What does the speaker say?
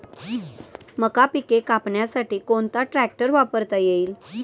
मका पिके कापण्यासाठी कोणता ट्रॅक्टर वापरता येईल?